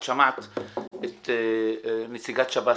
את שמעת את נציגת שב"ס.